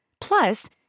Plus